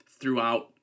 throughout